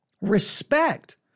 respect